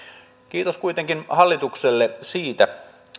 kiitos kuitenkin hallitukselle siitä